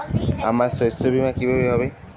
আমার শস্য বীমা কিভাবে হবে?